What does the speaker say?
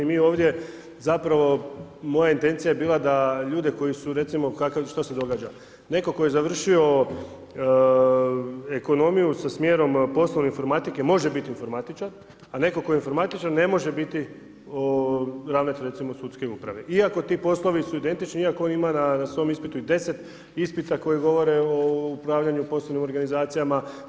I mi ovdje zapravo moja intencija je bila da ljude koji su recimo, šta se događa, neko ko je završio ekonomiju sa smjerom Poslovi informatike može biti informatičar, a neko ko je informatičar ne može biti ravnatelj recimo sudske uprave iako su ti poslovi identični, iako on ima na svom ispitu i deset ispita koji govore o upravljanju poslovnim organizacijama.